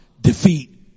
defeat